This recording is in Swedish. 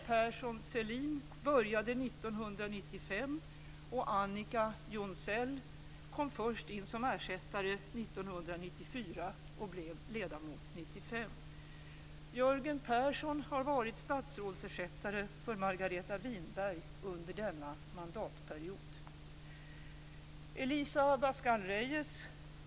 Persson Sellin började 1995 och Annika Jonsell kom först in som ersättare 1994 och blev ledamot 1995.